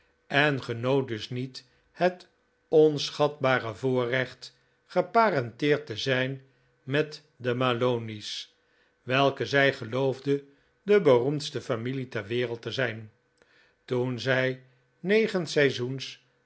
en genoot dus niet het onschatbare voorrecht geparenteerd te zijn met de malonys welke zij geloofde de beroemdste familie ter wereld te zijn toen zij